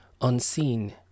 unseen